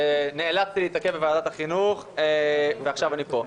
שנאלצתי להתעכב בוועדת החינוך ועכשיו אני פה.